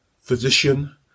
physician